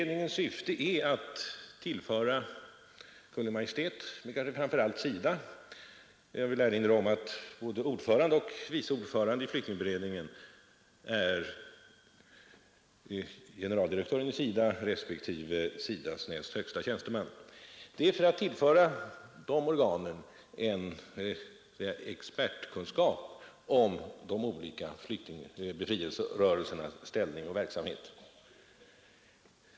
Det är att tillföra Kungl. Maj:t men kanske framför allt SIDA — jag vill erinra om att ordförande och vice ordförande i flyktingberedningen är generaldirektören i SIDA respektive SIDA :s näst högsta tjänsteman — expertkunskap om de olika befrielserörelsernas ställning och verksamhet.